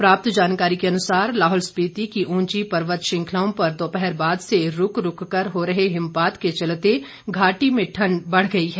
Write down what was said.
प्राप्त जानकारी के अनुसार लाहौल स्पीति की ऊंची पर्वत श्रृंखलाओं पर दोपहर बाद से रूक रूक कर हो रहे हिमपात के चलते घाटी में ठंड बढ़ गई है